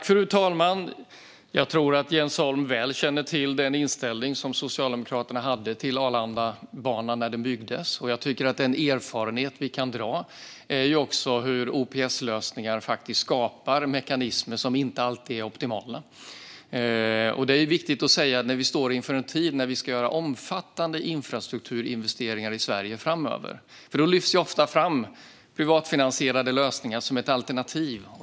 Fru talman! Jag tror att Jens Holm väl känner till den inställning som Socialdemokraterna hade till Arlandabanan när den byggdes. Jag tycker att den erfarenhet vi kan dra är att OPS-lösningar skapar mekanismer som inte alltid är optimala. Det är viktigt att säga när vi står inför en tid då vi ska göra omfattande infrastrukturinvesteringar i Sverige. Då lyfts privatfinansierade lösningar ofta fram som ett alternativ.